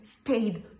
stayed